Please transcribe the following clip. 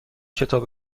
کتاب